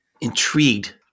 intrigued